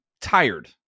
tired